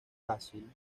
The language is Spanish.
fácil